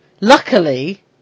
Luckily